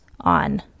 on